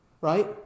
Right